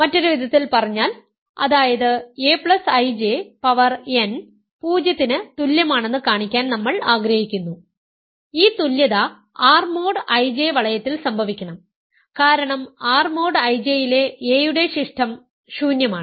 മറ്റൊരു വിധത്തിൽ പറഞ്ഞാൽ അതായത് aIJ പവർ n 0 ന് തുല്യമാണെന്ന് കാണിക്കാൻ നമ്മൾ ആഗ്രഹിക്കുന്നു ഈ തുല്യത R മോഡ് IJ വളയത്തിൽ സംഭവിക്കണം കാരണം R മോഡ് IJ യിലെ a യുടെ ശിഷ്ടം ശൂന്യമാണ്